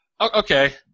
okay